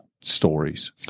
stories